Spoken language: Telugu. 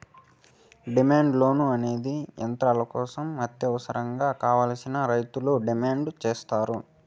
డిమాండ్ లోన్ అనేది యంత్రాల కోసం అత్యవసరంగా కావాలని రైతులు డిమాండ్ సేత్తారు